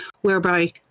whereby